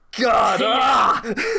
god